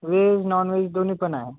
veg non veg दोन्हीपण आहे